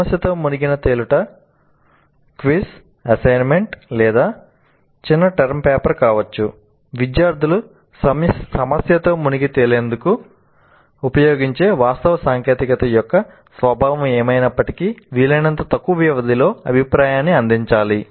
సమస్యతో మునిగి తేలుట క్విజ్ అసైన్మెంట్ లేదా చిన్న టర్మ్ పేపర్ కావచ్చు విద్యార్థులు సమస్యతో మునిగి తేలేందుకు ఉపయోగించే వాస్తవ సాంకేతికత యొక్క స్వభావం ఏమైనప్పటికీ వీలైనంత తక్కువ వ్యవధిలో అభిప్రాయాన్ని అందించాలి